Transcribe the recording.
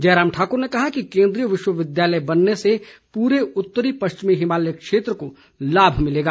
जयराम ठाकुर ने कहा कि केन्द्रीय विश्वविद्यालय बनने से पूरे उत्तरी पश्चिमी हिमालय क्षेत्र को लाभ मिलेगा